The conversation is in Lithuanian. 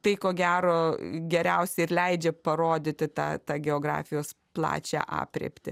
tai ko gero geriausiai ir leidžia parodyti tą tą geografijos plačią aprėptį